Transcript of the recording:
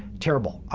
terrible.